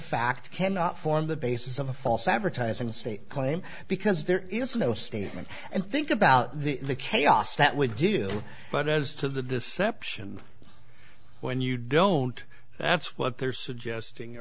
fact cannot form the basis of a false advertising state claim because there is no statement and think about the chaos that would do but as to the deception when you don't that's what they're suggesting